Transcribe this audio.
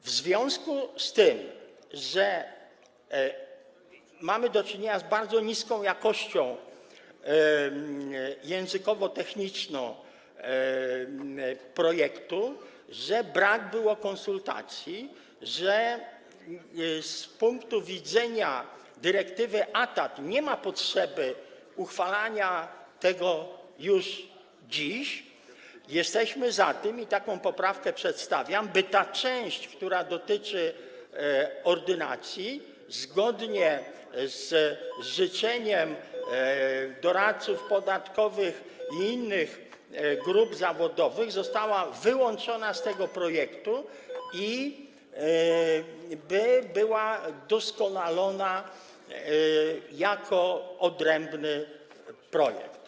W związku z tym, że mamy do czynienia z bardzo niską jakością językowo-techniczną projektu, że brak było konsultacji, że z punktu widzenia dyrektywy ATAD nie ma potrzeby uchwalania tego już dziś, jesteśmy za tym - taką poprawki przedstawiam - by część, która dotyczy ordynacji, zgodnie z życzeniem doradców podatkowych i innych grup zawodowych została wyłączona z tego projektu i była doskonalona jako odrębny projekt.